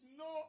no